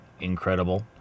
incredible